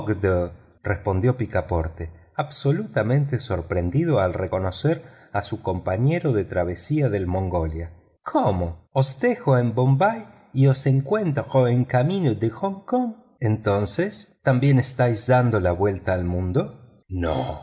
bordo respondió picaporte absolutamente sorprendido al reconocer a su compañero de travesía del mongolia cómo os dejo en bombay y os encuentro en camino de hong kong entonces también estáis dando la vuelta al mundo no